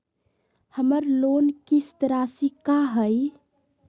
हमर लोन किस्त राशि का हई?